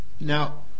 Now